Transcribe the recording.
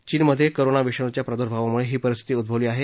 चीनमधे कोरोना विषाणुच्या प्रादुर्भावामुळे ही परिस्थिती उद्भवली आहे